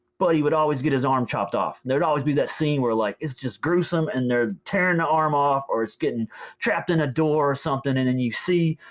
buddy would always get his arm chopped off. there would always be that scene where like, it's just gruesome and they're tearing the arm off or it's getting trapped in a door something. and and you see,